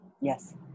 Yes